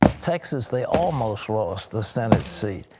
texas, they almost lost the senate seat.